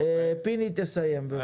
פיני, תסיים בבקשה.